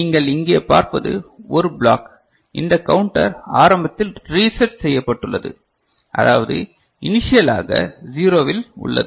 நீங்கள் இங்கே பார்ப்பது ஒரு பிளாக் இந்த கவுண்டர் ஆரம்பத்தில் ரீசெட் செய்யப்பட்டுள்ளது அதாவது இனிசியல் ஆக 0 வில் உள்ளது